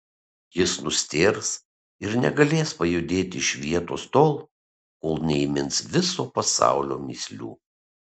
jis nustėrs ir negalės pajudėti iš vietos tol kol neįmins viso pasaulio mįslių